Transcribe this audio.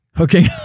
Okay